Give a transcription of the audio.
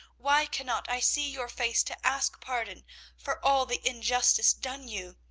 why cannot i see your face to ask pardon for all the injustice done you?